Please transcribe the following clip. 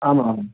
आम् आम्